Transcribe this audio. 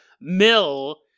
mill